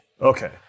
Okay